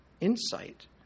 insight